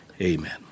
amen